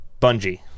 Bungie